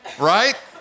Right